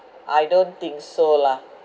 I don't think so lah